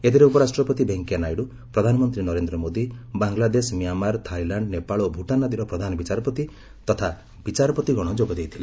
ଏଥିରେ ଉପରାଷ୍ଟ୍ରପତି ଭେଙ୍କୟା ନାଇଡୁ ପ୍ରଧାନମନ୍ତ୍ରୀ ନରେନ୍ଦ୍ର ମୋଦି ବାଂଲାଦେଶମିଆଁମାର ଥାଇଲାଣ୍ଡ ନେପାଳ ଓ ଭୂଟାନ ଆଦିର ପ୍ରଧାନବିଚାରପତି ତଥା ବିଚାରପତିଗଣ ଯୋଗ ଦେଇଥିଲେ